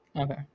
okay